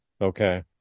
Okay